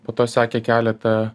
po to sekė keleta